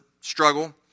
struggle